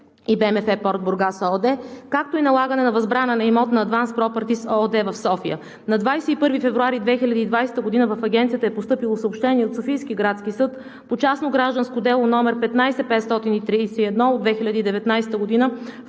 и „БМФ Порт Бургас“ ООД, както и налагане на възбрана на имот на „Адванс Пропъртис“ ООД в София. На 21 февруари 2020 г. в Агенцията е постъпило съобщение от Софийския градски съд по частно гражданско дело № 15-531 от 2019 г.,